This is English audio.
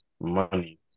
money